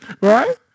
Right